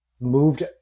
moved